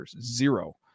zero